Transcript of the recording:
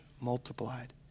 multiplied